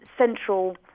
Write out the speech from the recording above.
central